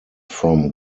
from